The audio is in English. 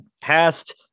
past